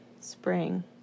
spring